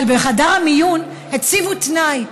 אבל בחדר המיון הציבו תנאי.